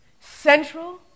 central